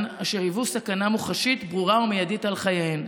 אשר היוו סכנה מוחשית ברורה ומיידית על חייהן.